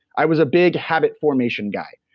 i was a big habit formation guy.